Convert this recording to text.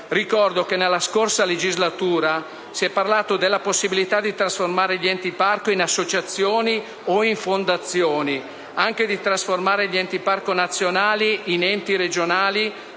Ricordo che, nella scorsa legislatura, si è parlato della possibilità dì trasformare gli enti parco in associazioni o in fondazioni e anche di trasformare gli enti parco nazionali in enti regionali,